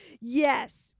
yes